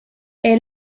era